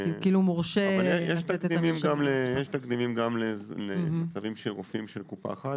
אבל יש תקדימים גם שרופאים של קופה אחת